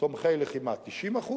תומכי לחימה, 90%,